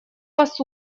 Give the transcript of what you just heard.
вас